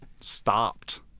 stopped